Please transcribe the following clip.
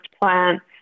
plants